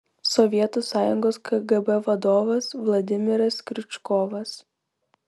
sovietų sąjungos kgb vadovas vladimiras kriučkovas